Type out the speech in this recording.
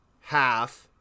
half